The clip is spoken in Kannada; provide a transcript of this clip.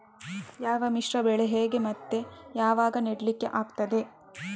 ಯಾವ ಮಿಶ್ರ ಬೆಳೆ ಹೇಗೆ ಮತ್ತೆ ಯಾವಾಗ ನೆಡ್ಲಿಕ್ಕೆ ಆಗ್ತದೆ?